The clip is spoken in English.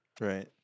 right